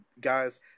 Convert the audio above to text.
guys